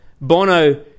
Bono